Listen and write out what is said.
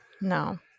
No